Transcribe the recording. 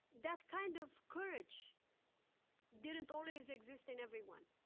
that kind of courage didn't always exist in everyone.